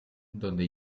donde